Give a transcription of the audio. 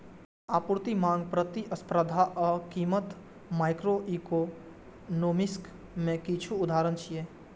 आपूर्ति, मांग, प्रतिस्पर्धा आ कीमत माइक्रोइकोनोमिक्स के किछु उदाहरण छियै